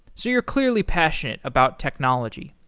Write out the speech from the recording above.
so you're clearly passionate about technology.